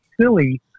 silly